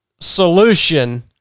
solution